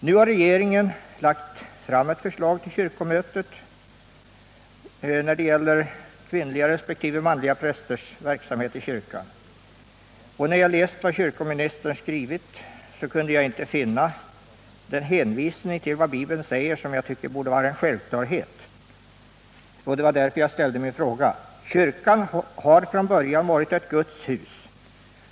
Nu har regeringen lagt fram ett förslag till kyrkomötet när det gäller kvinnliga och manliga prästers verksamhet i kyrkan. När jag hade läst vad kyrkoministern har skrivit kunde jag inte finna den hänvisning till vad Bibeln säger som jag tycker borde vara en självklarhet. Det var därför jag ställde min fråga. Kyrkan har från början varit ett Guds hus.